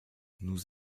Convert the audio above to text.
nous